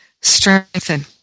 strengthen